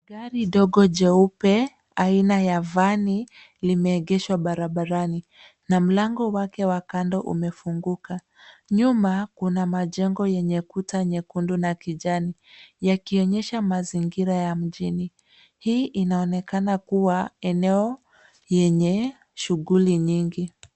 Gari dogo jeupe aina ya vani limeegeshwa barabarani na mlango wake wa kando umefunguka. Nyuma kuna majengo yenye kuta nyekundu na kijani yakionesha mazingira ya mjini. Hii inaonekana kuwa eneo yenye shughuli nyingi.